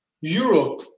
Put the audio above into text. Europe